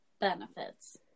benefits